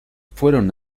fueron